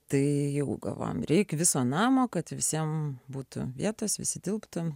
tai jau galvojam reik viso namo kad visiem būtų vietos visi tilptų